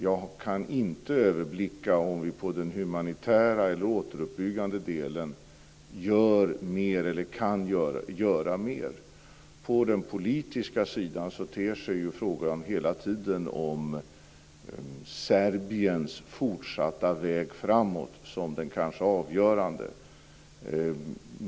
Jag kan inte överblicka om vi i den humanitära eller återuppbyggande delen gör mer eller kan göra mer. På den politiska sidan ter sig hela tiden frågan om Serbiens fortsatta väg framåt som den kanske avgörande.